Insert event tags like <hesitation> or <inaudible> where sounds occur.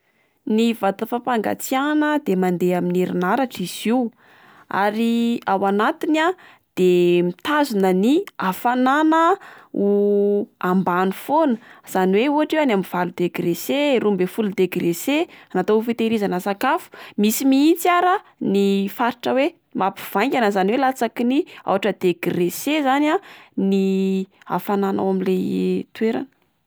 Ny vata fapangatsiahana de mandeha amin'ny herin'aratra izy io, ary ao anatiny a de mitazona ny afanana ho <hesitation> ambany foana izany oe ohatra oe any amin'ny valo degré celsius, roambefilo degré celsius natao ho fitehirizana sakafo, misy mihitsy ary a ny faritra oe mampivaingana izany oe latsaky ny aotra degré celsius zany a ny hafanana ao amin'le <hesitation> toerana.